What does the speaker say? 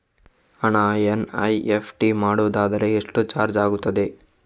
ಹಣ ಎನ್.ಇ.ಎಫ್.ಟಿ ಮಾಡುವುದಾದರೆ ಎಷ್ಟು ಚಾರ್ಜ್ ಆಗುತ್ತದೆ?